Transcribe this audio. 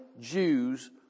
Jews